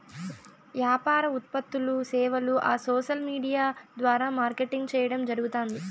యాపార ఉత్పత్తులూ, సేవలూ ఆ సోసల్ విూడియా ద్వారా మార్కెటింగ్ చేయడం జరగుతాంది